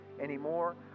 anymore